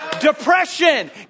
Depression